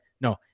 No